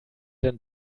denn